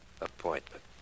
Appointment